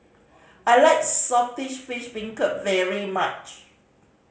I like Saltish Beancurd very much